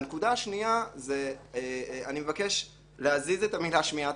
והנקודה השנייה אני מבקש להזיז את המילה "שמיעת